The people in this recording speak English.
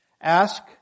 Ask